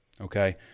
okay